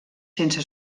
sense